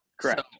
Correct